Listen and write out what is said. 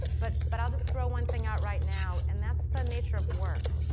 but but i'll just throw one thing out right now and that's the nature of work.